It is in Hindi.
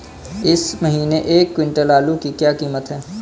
इस महीने एक क्विंटल आलू की क्या कीमत है?